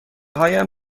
هایم